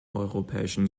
europäischen